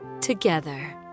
together